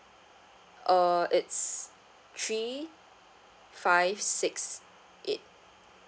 uh it's three five six eight